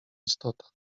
istota